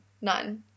None